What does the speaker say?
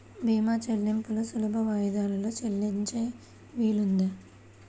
భీమా చెల్లింపులు సులభ వాయిదాలలో చెల్లించే వీలుందా?